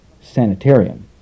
sanitarium